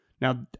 Now